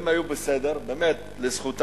הם היו בסדר, באמת לזכותם.